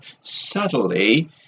subtly